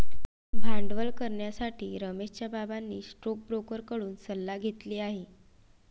भांडवल करण्यासाठी रमेशच्या बाबांनी स्टोकब्रोकर कडून सल्ला घेतली आहे